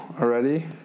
already